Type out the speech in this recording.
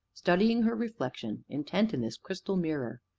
studying her reflection intently in this crystal mirror,